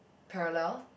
parallel